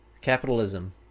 Capitalism